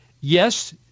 yes